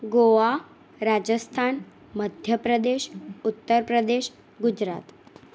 Goa Rajasthan Madhya Pradesh Uttar Pradesh Gujarat